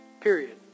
Period